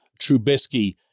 Trubisky